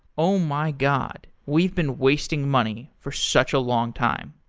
oh my god! we've been wasting money for such a long time.